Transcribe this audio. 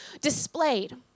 displayed